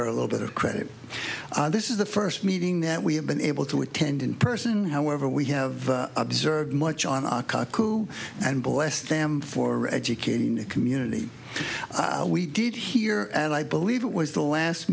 her a little bit of credit this is the first meeting that we have been able to attend in person however we have observed much on our cuckoo and bless them for educating the community we did here and i believe it was the last